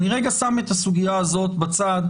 אני שם את הסוגיה הזו בצד,